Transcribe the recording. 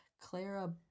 Clara